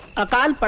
a father. but